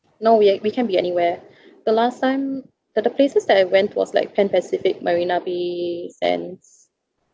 no we a~ we can be anywhere the last time the the places that I went was like pan pacific marina bay sands